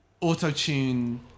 auto-tune